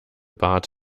bart